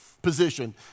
position